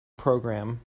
program